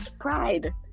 pride